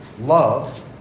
Love